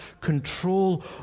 control